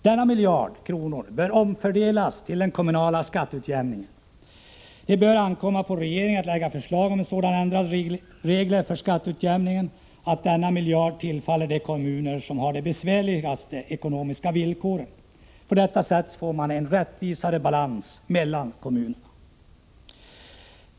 Denna miljard bör omfördelas till den kommunala skatteutjämningen. Det bör ankomma på regeringen att lägga förslag om sådana ändrade regler för skatteutjämningen, att denna miljard tillfaller de kommuner som har de besvärligaste ekonomiska villkoren. På detta sätt får man en rättvisare balans mellan kommunerna.